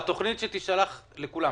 שהתכנית תשלח לכולם.